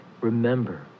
Remember